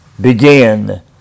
begin